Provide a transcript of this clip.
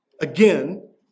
Again